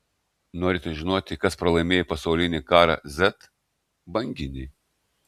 norite žinoti kas pralaimėjo pasaulinį karą z banginiai